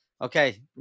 Okay